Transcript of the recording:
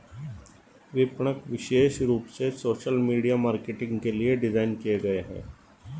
विपणक विशेष रूप से सोशल मीडिया मार्केटिंग के लिए डिज़ाइन किए गए है